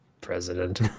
President